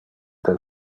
del